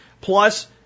plus